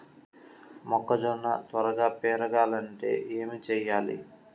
మొక్కజోన్న త్వరగా పెరగాలంటే ఏమి చెయ్యాలి?